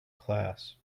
class